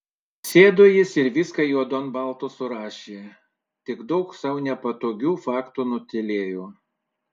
sėdo jis ir viską juodu ant balto surašė tik daug sau nepatogių faktų nutylėjo